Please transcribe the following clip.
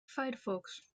firefox